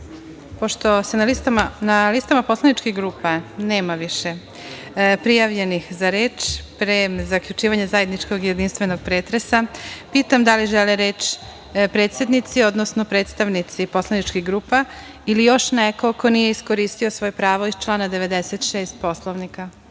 na listama poslaničkih grupa nema više prijavljenih za reč, pre zaključivanja zajedničkog i jedinstvenog pretresa, pitam da li žele reč predsednici, odnosno predstavnici poslaničkih grupa ili još neko ko nije iskoristio svoje pravo iz člana 96. Poslovnika? Ukoliko